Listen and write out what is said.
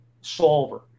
solver